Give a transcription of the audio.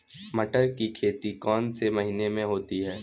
मटर की खेती कौन से महीने में होती है?